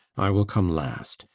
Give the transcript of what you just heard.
i will come last.